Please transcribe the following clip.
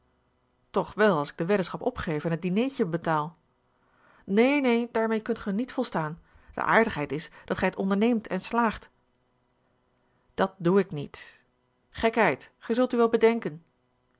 toch wel als ik de weddenschap opgeef en het dineetje betaal a l g bosboom-toussaint langs een omweg neen neen daarmee kunt ge niet volstaan de aardigheid is dat gij het onderneemt en slaagt dat doe ik niet gekheid gij zult u wel bedenken